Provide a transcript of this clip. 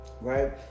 right